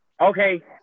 Okay